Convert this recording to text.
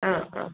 ആ ആ